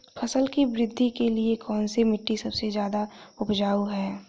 फसल की वृद्धि के लिए कौनसी मिट्टी सबसे ज्यादा उपजाऊ है?